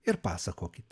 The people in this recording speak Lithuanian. ir pasakokit